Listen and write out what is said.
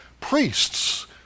priests